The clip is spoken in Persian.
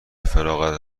فراغتت